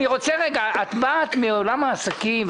באת מעולם העסקים,